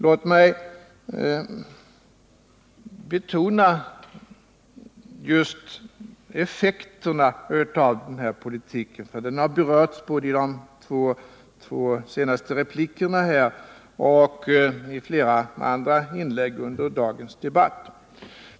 Låt mig säga några ord om effekterna av denna politik, vilken har berörts i de två senaste replikerna och i flera andra inlägg i dagens debatt.